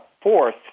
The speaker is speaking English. fourth